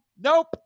Nope